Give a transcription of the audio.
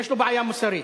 יש לו בעיה מוסרית.